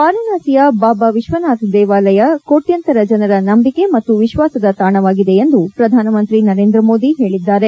ವಾರಾಣಸಿಯ ಬಾಬಾ ವಿಶ್ವನಾಥ ದೇವಾಲಯ ಕೋಟ್ಲಂತರ ಜನರ ನಂಬಿಕೆ ಮತ್ತು ವಿಶ್ವಾಸದ ತಾಣವಾಗಿದೆ ಎಂದು ಪ್ರಧಾನಮಂತ್ರಿ ನರೇಂದ್ರ ಮೋದಿ ಹೇಳಿದ್ಗಾರೆ